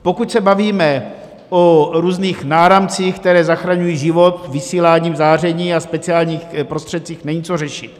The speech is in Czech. Pokud se bavíme o různých náramcích, které zachraňují život vysíláním záření a speciálních prostředcích, není co řešit.